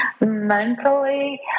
mentally